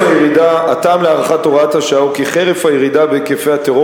הטעם להארכת הוראת השעה הוא כי חרף הירידה בהיקפי הטרור